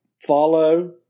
follow